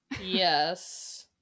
Yes